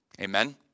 Amen